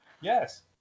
Yes